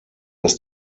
dass